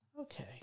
Okay